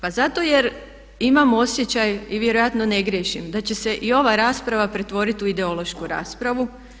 Pa zato jer imam osjećaj i vjerojatno ne griješim da će se i ova rasprava pretvoriti u ideološku raspravu.